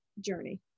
journey